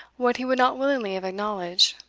what he would not willingly have acknowledged,